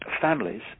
families